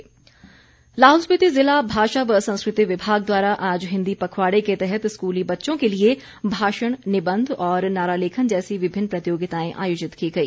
हिंदी पखवाड़ा लाहौल स्पिति जिला भाषा व संस्कृति विभाग द्वारा आज हिंदी पखवाड़े के तहत स्कूली बच्चों के लिए भाषण निबंध और नारा लेखन जैसी विभिन्न प्रतियोगिताएं आयोजित की गई